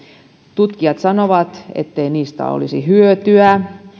tutkijat sanovat ettei niistä olisi hyötyä